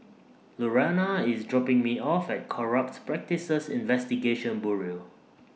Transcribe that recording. Lurana IS dropping Me off At Corrupt Practices Investigation Bureau